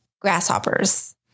grasshoppers